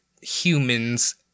humans